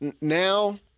now